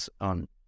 on